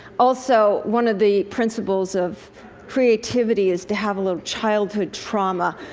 also, one of the principles of creativity is to have a little childhood trauma.